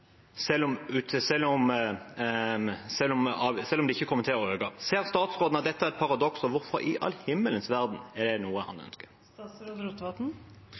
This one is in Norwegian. selv om det ikke er slik. Ser statsråden at dette er et paradoks, og hvorfor i all verden er det noe han